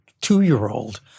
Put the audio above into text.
two-year-old